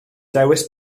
dewis